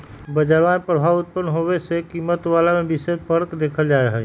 बजरवा में प्रभाव उत्पन्न होवे से कीमतवा में विशेष फर्क के देखल जाहई